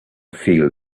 feel